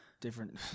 Different